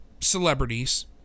celebrities